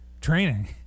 Training